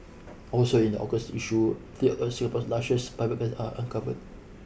also in the August issue three of Singapore's lushest private are uncovered